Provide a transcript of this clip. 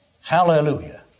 Hallelujah